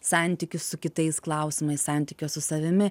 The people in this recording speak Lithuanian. santykių su kitais klausimai santykio su savimi